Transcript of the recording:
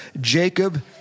Jacob